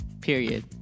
Period